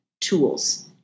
tools